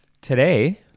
Today